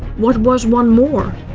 what was one more?